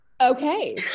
Okay